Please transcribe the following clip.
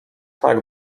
tak